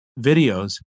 videos